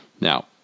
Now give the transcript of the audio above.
Now